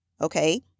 okay